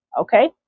okay